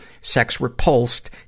sex-repulsed